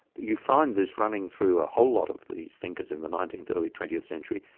you find this running through a whole lot of these thinkers in the nineteenth, early twentieth century.